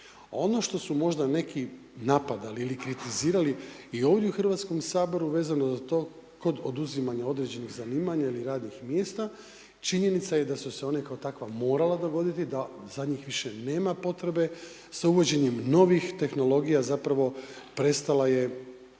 Ono što su možda neki napadali ili kritizirali i ovdje u Hrvatskom saboru vezano za to kod oduzimanja određenih zanimanja ili radnih mjesta, činjenica je da su se ona kao takva morala dogoditi, da za njih više nema potrebe sa uvođenjem novih tehnologija zapravo prestala je